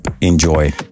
Enjoy